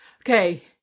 Okay